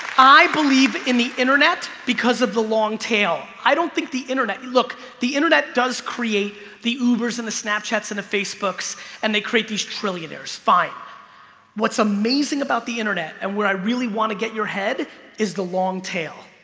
i believe in the internet because of the long tail i don't think the internet look the internet does create the ubers and the snapchats and the facebook's and they create these trillionaires fine what's amazing about the internet and what i really want to get your head is the long tail?